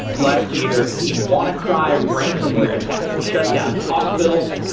last year, the wannacry ransomware attack shut down hospitals,